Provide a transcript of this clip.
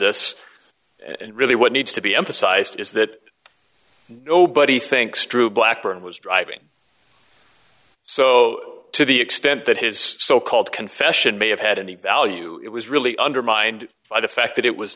this really what needs to be emphasized is that nobody thinks true blackburn was driving so to the extent that his so called confession may have had any value it was really undermined by the fact that it